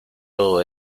todo